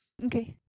Okay